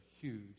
huge